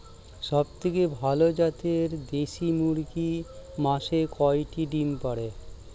সবথেকে ভালো জাতের দেশি মুরগি মাসে কয়টি ডিম পাড়ে?